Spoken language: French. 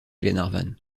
glenarvan